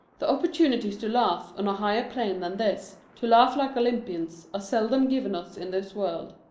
the opportunities to laugh on a higher plane than this, to laugh like olympians, are seldom given us in this world.